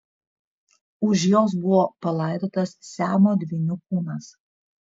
už jos buvo palaidotas siamo dvynių kūnas